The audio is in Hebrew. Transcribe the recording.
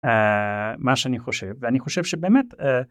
מה שאני חושב ואני חושב שבאמת